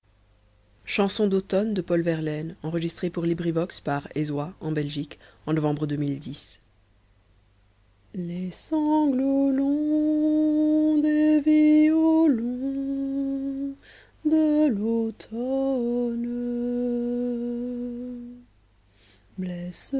chanson d'automne les sanglots